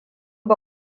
ba